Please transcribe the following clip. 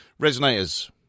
Resonators